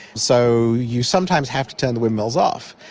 so you sometimes have to turn the windmills off.